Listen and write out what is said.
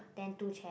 then two chair